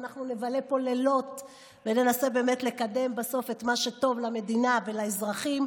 ואנחנו נבלה פה לילות וננסה באמת לקדם בסוף את מה שטוב למדינה ולאזרחים,